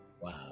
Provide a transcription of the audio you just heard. Wow